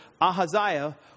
Ahaziah